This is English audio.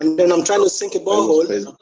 and then i'm trying to sink? but